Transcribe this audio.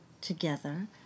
together